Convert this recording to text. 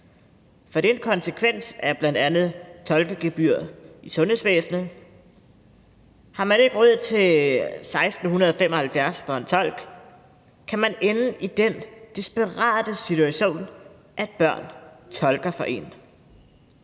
for det er en konsekvens af bl.a. tolkegebyret i sundhedsvæsenet. Har man ikke råd til 1.675 kr. for en tolk, kan man ende i den desperate situation, at børn tolker for en.